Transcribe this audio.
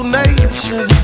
nation